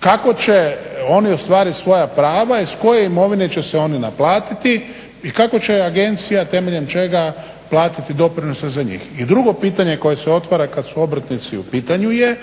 Kako će oni ostvarit svoja prava i iz koje imovine će se oni naplatiti i kako će agencija, temeljem čega platiti doprinose za njih. I drugo pitanje koje se otvara kad su obrtnici u pitanju je,